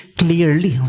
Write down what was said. clearly